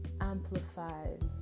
amplifies